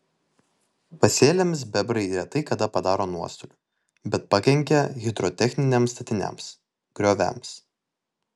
pasėliams bebrai retai kada padaro nuostolių bet pakenkia hidrotechniniams statiniams grioviams